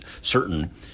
certain